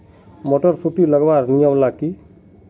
Motor सुटी लगवार नियम ला की?